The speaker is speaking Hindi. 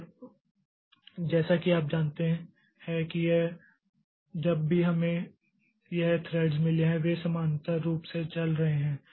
और जैसा कि आप जानते हैं कि यह जब भी हमें यह थ्रेड्स मिले हैं वे समानांतर रूप से चल रहे हैं